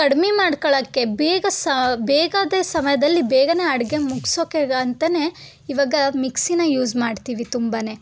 ಕಡ್ಮೆ ಮಾಡ್ಕೊಳ್ಳೋಕ್ಕೆ ಬೇಗ ಸ ಬೇಗದ ಸಮಯದಲ್ಲಿ ಬೇಗನೇ ಅಡುಗೆ ಮುಗಿಸೋಕ್ಕೆ ಅಂತಲೇ ಇವಾಗ ಮಿಕ್ಸಿನ ಯೂಸ್ ಮಾಡ್ತೀವಿ ತುಂಬ